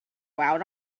out